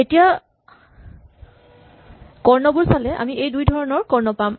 এতিয়া কৰ্ণবোৰ চালে আমি এই দুইধৰণৰ কৰ্ণ পাম